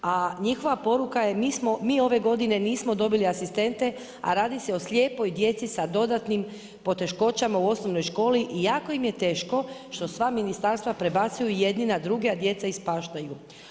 A njihova poruka je mi ove godine nismo dobili asistente, a radi se o slijepoj djeci sa dodatnim poteškoćama u osnovnoj školi i jako im je teško što sva ministarstva prebacuju jedni na druge, a djeca ispaštaju.